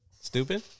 Stupid